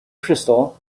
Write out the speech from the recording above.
crystal